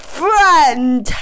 friend